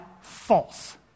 False